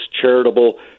charitable